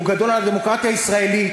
הוא גדול על הדמוקרטיה הישראלית.